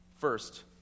First